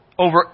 Over